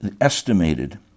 estimated